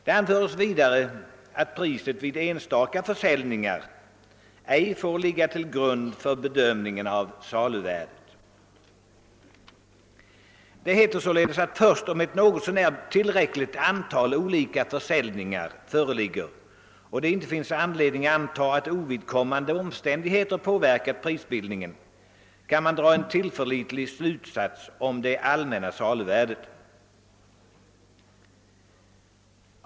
Det anförs vidare att priset vid enstaka försäljningar ej får ligga till grund för bedömningen av saluvärdet. Det heter således att först om ett något så när tillräckligt antal olika försäljningar föreligger och det inte finns anledning att anta att ovidkommande omständigheter påverkat prisbildningen kan man dra en tillförlitlig slutsats om det riktiga värdet.